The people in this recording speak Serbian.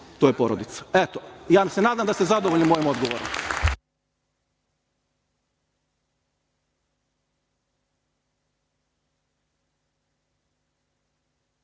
to je porodica. Eto, ja se nadam da ste zadovoljni mojim odgovorom.10/1